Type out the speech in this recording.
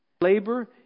Labor